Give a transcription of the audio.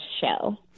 show